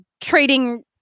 trading